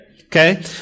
Okay